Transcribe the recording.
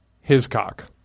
Hiscock